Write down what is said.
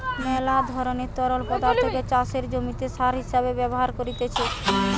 মেলা ধরণের তরল পদার্থকে চাষের জমিতে সার হিসেবে ব্যবহার করতিছে